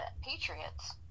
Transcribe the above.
Patriots